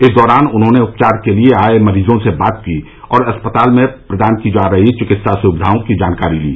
इस दौरान उन्होंने उपचार के लिए आए मरीजों से बात की और अस्पताल में प्रदान की जा रही चिकित्सा सुविधाओं की जानकारी ली